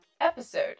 episode